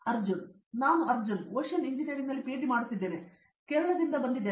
ಅರ್ಜುನ್ ನಾನು ಅರ್ಜುನ್ ಓಷನ್ ಇಂಜಿನಿಯರಿಂಗ್ನಲ್ಲಿ ಪಿಎಚ್ಡಿ ಮಾಡುತ್ತಿದ್ದೇನೆ ಮತ್ತು ನಾನು ಕೇರಳದಿಂದ ಬಂದಿದ್ದೇನೆ